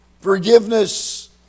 Forgiveness